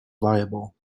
viable